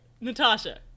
Natasha